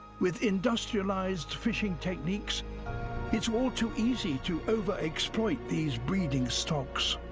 with industrialized fishing techniques it's all too easy to overexploit these breeding stocks.